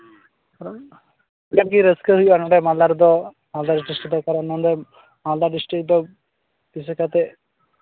ᱰᱷᱮᱨ ᱜᱮ ᱨᱟᱹᱥᱠᱟᱹ ᱦᱩᱭᱩᱜᱼᱟ ᱱᱚᱸᱰᱮ ᱢᱟᱞᱫᱟ ᱨᱮᱫᱚ ᱟᱞᱮᱶᱢᱟᱞᱫᱟ ᱰᱤᱥᱴᱤᱠ ᱨᱮᱫᱚ ᱫᱤᱥᱟᱹ ᱠᱟᱛᱮᱫ